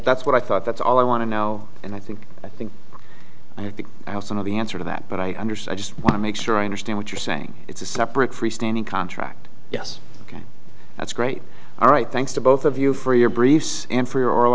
that's what i thought that's all i want to know and i think i think i think some of the answer to that but i understood i just want to make sure i understand what you're saying it's a separate free standing contract yes ok that's great all right thanks to both of you for your briefs and for your oral